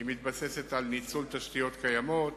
היא מתבססת על ניצול תשתיות קיימות,